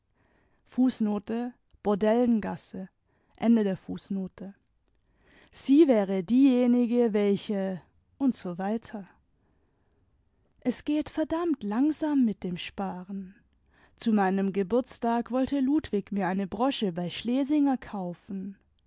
sie wäre diejenige welche usw es geht verdammt langsam mit dem sparen zu meinem geburtstag wollte ludwig mir eine brosche bei schlesinger kaufen